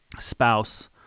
spouse